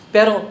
Pero